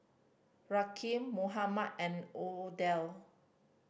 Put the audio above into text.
Rakeem Mohammad and Odell